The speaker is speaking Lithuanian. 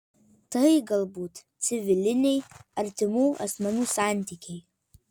tai galbūt civiliniai artimų asmenų santykiai